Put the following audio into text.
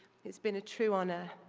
it's been a true honor.